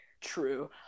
True